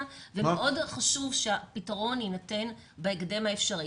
ומאוד חשוב שהפתרון יינתן בהקדם האפשרי,